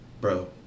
bro